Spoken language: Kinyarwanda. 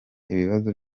ibibazo